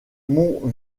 mont